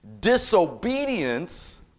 disobedience